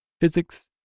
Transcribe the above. Physics